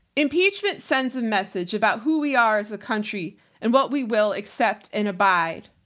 impeachment sends a message about who we are as a country and what we will accept and abide.